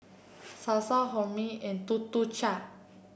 Sasa Hormel and Tuk Tuk Cha